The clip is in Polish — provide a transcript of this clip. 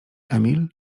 emil